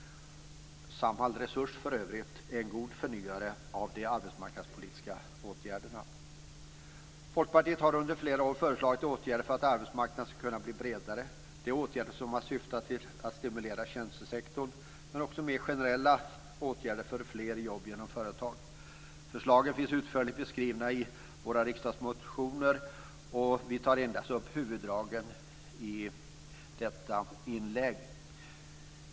Samhall Resurs är för övrigt en god förnyare av de arbetsmarknadspolitiska åtgärderna. Folkpartiet har under flera år föreslagit åtgärder för att arbetsmarknaden ska kunna bli bredare. Det är åtgärder som har syftat till att stimulera tjänstesektorn, men också mer generella åtgärder för fler jobb genom företag. Förslagen finns utförligt beskrivna i våra riksdagsmotioner, och jag tar endast upp huvuddragen i detta inlägg.